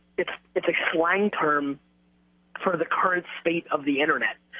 it's it's a slang term for the current state of the internet,